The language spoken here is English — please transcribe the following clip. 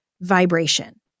vibration